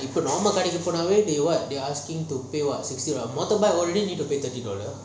இப்போ நம்ம கடைகி பொன்வேய்:ipo namma kadaiki ponavey they what they asking you to pay what sixty dollars already we have to pay thirty dollars